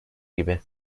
gibi